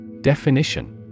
Definition